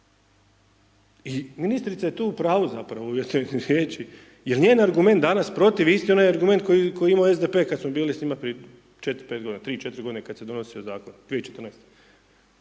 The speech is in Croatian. I ministrica je tu u pravu zapravo jer njen argument danas protiv iste je onaj argument koji je imao SDP kada smo bili s njima prije 4-5 godina, 3-4 godine kada se donosio Zakon, 2014.-te.